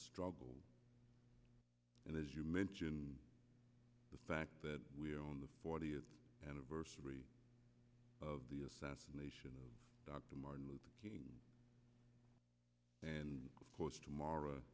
struggle and as you mention the fact that we are on the fortieth anniversary of the assassination of dr martin luther king and of course tomorrow